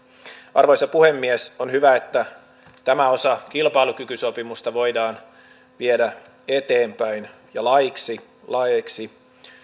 arvoisa puhemies on hyvä että tämä osa kilpailukykysopimusta voidaan viedä eteenpäin ja laeiksi laeiksi